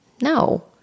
No